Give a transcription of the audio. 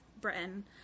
Britain